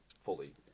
fully